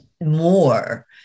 more